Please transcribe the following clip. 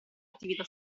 attività